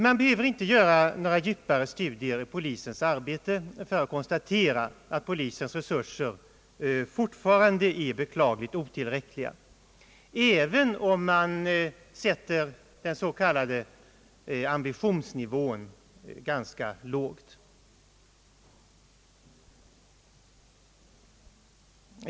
Man behöver inte göra några djupare studier i polisens arbete för att konstatera att polisens resurser fortfarande är beklagligt otillräckliga, även om man sätter den s.k. ambitionsnivån ganska lågt.